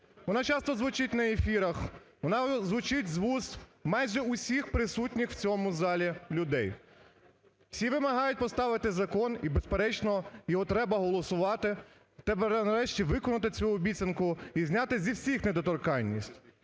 Вона часто звучить на ефірах, вона звучить з уст майже усіх присутніх в цьому залі людей. Всі вимагають поставити закон, і безперечно його треба голосувати. Треба нарешті виконати цю обіцянку і зняти зі всіх недоторканність.